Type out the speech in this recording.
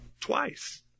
twice